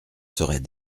serait